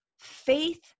faith